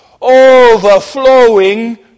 overflowing